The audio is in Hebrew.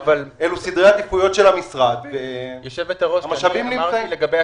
אלו סדרי עדיפויות של המשרד והמשאבים נמצאים.